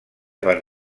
van